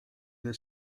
del